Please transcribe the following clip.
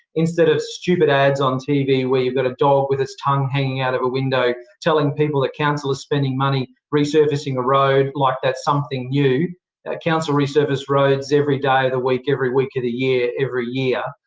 instead of stupid ads on tv where you've got a dog with its tongue hanging out of a window telling people that council is spending money resurfacing a road, like that's something new council resurface roads every day of the week, every week of the year, every year,